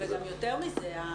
וגם יותר מזה.